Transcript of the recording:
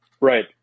Right